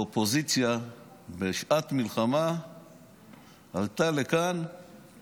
בשעת מלחמה עלתה לכאן